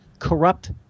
corrupt